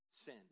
sin